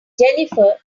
jennifer